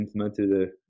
implemented